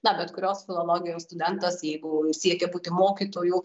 na bet kurios filologijos studentas jeigu siekia būti mokytoju